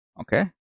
okay